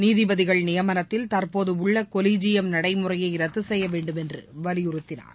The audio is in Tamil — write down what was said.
நீதிபதிகள் நியமனத்தில் தற்போது உள்ள கொலிஜியம் நடைமுறையை ரத்து செய்யவேண்டும் என்று வலியுறுத்தினார்